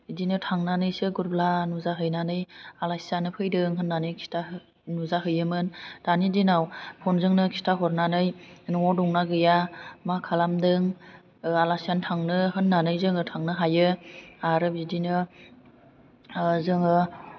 बिदिनैसो थांनानैसो गुरब्ला नुजा हैनानै आलासि जानो फैदों होननानै खिथा हो नुजा हैयोमोन दानि दिनाव फनजोंनो खिथा हरनानै न'आव दं ना गैया मा खालामदों आलासि जानो थांनो होन्नानै जोङो थांनो हायो आरो बिदिनो जोङो